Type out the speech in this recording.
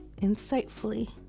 insightfully